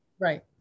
Right